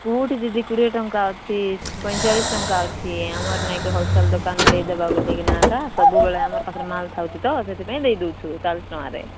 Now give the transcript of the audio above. କେଉଁଠି ଦିଦି କୋଡ଼ିଏ ଟଙ୍କା ଅଛି ପଇଁଚାଳିଶି ଟଙ୍କା ଅଛି ଆମର ନାଇଁକି ହୋଲସେଲ୍ ଦୋକାନ ଦେଇଦବା ବୋଲି କିନା ଏକା ସବୁବେଳେ ଆମ ପାଖେରେ ମାଲ୍ ଥାଉଛିତ ସେଥିପାଇଁ ଦେଇ ଦଉଛୁ ଚାଳିଶି ଟଙ୍କାରେ